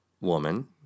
woman